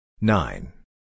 Nine